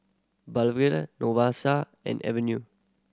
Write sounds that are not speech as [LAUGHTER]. [UNINTELLIGIBLE] and aveue